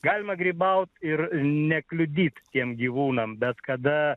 galima grybauti ir nekliudyt tiems gyvūnams bet kada